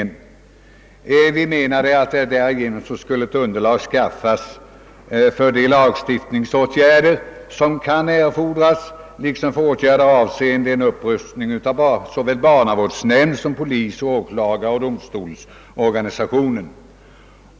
Vi menade att det därigenom skulle skapas ett underlag för de lagstiftningsåtgärder, som kan erfordras, liksom för en upprustning avseende såväl barnavårdsnämndssom polis-, åklagaroch domstolsorganisationerna.